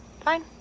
Fine